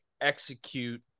execute